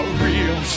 real